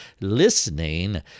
listening